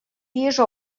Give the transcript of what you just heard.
diesch